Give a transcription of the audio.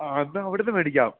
അ എന്നാൽ അവിടെ നിന്ന് മേടിക്കാം